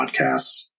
Podcasts